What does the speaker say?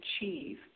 achieve